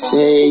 Say